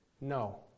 No